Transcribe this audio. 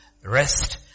Rest